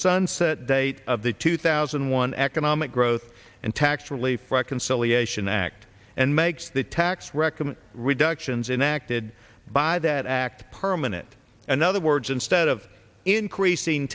sunset date of the two thousand and one economic growth and tax relief reconciliation act and makes the tax recommend reductions in acted by that act permanent and other words instead of increasing